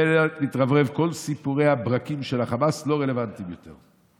בנט מתרברב: כל סיפורי הברקים של החמאס לא רלוונטיים יותר.